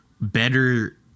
better